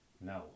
No